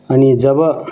अनि जब